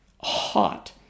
hot